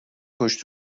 پشت